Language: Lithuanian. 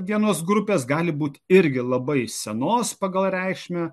vienos grupės gali būti irgi labai senos pagal reikšmę